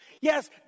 Yes